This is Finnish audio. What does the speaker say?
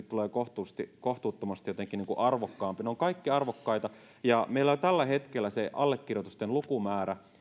tulee kohtuuttomasti jotenkin arvokkaampi ne ovat kaikki arvokkaita ja meillä on jo tällä hetkellä se allekirjoitusten lukumäärä